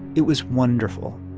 it was wonderful,